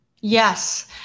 Yes